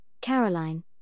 Caroline